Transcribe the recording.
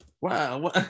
Wow